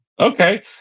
Okay